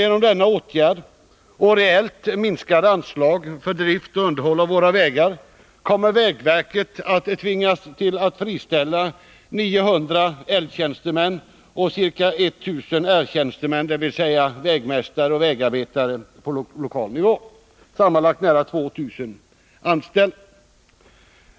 Genom denna åtgärd och reellt minskade anslag för drift och underhåll av våra vägar kommer vägverket att tvingas friställa ca 900 L-tjänstemän och ca 1000 R-tjänstemän, dvs. vägmästare och vägarbetare, på lokal nivå — sammanlagt nära 2 000 anställda.